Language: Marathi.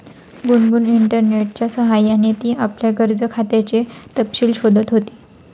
गुनगुन इंटरनेटच्या सह्याने ती आपल्या कर्ज खात्याचे तपशील शोधत होती